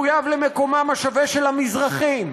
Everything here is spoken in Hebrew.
מחויב למקומם השווה של המזרחים.